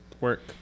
work